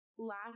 Last